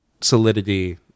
solidity